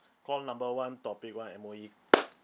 call number one topic one M_O_E